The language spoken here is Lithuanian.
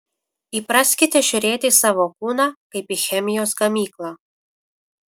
įpraskite žiūrėti į savo kūną kaip į chemijos gamyklą